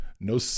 no